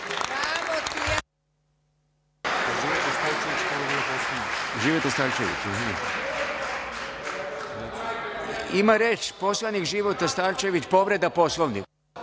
ima poslanik Života Starčević, povreda Poslovnika.